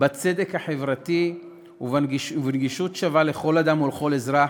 בצדק החברתי ובנגישות שווה לכל אדם ולכל אזרח,